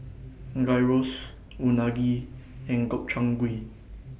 Gyros Unagi and Gobchang Gui